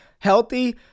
healthy